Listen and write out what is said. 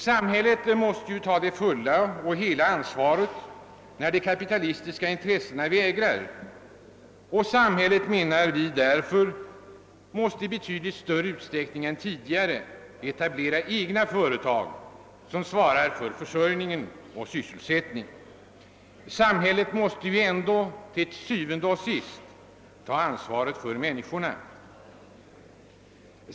Samhället måste ta det fulla ansvaret när de kapitalistiska intressena vägrar, och vi menar därför att samhället i betydligt större utsträckning än hittills måste etablera egna företag som svarar för försörjningen och sysselsättningen. Til syvende og sidst måste ändå samhället ha ansvaret för människorna.